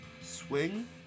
Swing